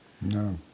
no